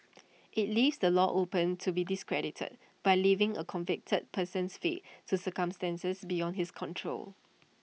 IT leaves the law open to be discredited by leaving A convicted person's fate to circumstances beyond his control